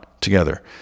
together